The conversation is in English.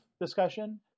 discussion